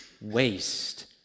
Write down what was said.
waste